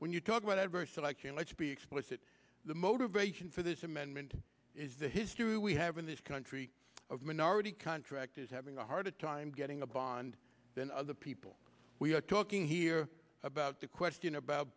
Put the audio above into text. when you talk about adverse selection let's be explicit the motivation for this amendment is the history we have in this country of minority contractors having a harder time getting a bond than other people we are talking here about the question about